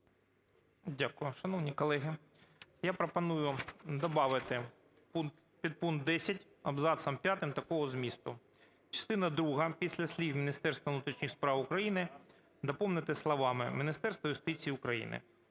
Дякую. Шановні колеги! Я пропоную добавити підпункт 10 абзацом 5 такого змісту: "Частину другу після слів "Міністерством внутрішніх справ України" доповнити словами "Міністерством юстиції України".